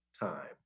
time